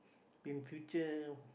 in future